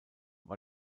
war